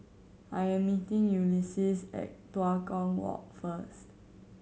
I am meeting Ulises at Tua Kong Walk first